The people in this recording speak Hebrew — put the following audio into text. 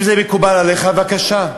אם זה מקובל עליך, בבקשה.